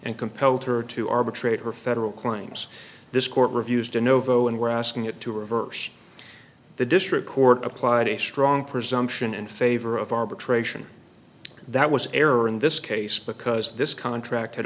and compelled her to arbitrate her federal claims this court reviews de novo and we're asking it to reverse the district court applied a strong presumption in favor of arbitration that was error in this case because this contract had